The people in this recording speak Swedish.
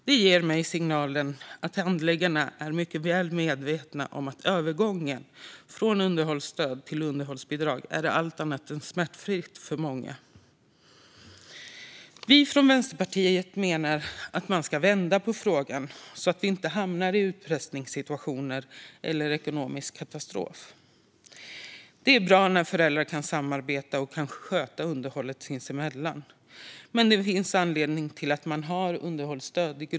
Det ger mig signalen att handläggarna är mycket väl medvetna om att övergången från underhållsstöd till underhållsbidrag är allt annat än smärtfri för många. Vänsterpartiet menar att vi ska vända på frågan, för att man inte ska hamna i utpressningssituationer eller ekonomisk katastrof. Det är bra när föräldrar kan samarbeta och sköta underhållet sinsemellan. Men det finns i grunden en anledning till att man har underhållsstöd.